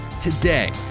Today